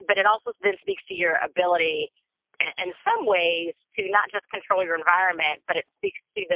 but it also then speaks to your ability and some ways to not just control your environment, but it speaks to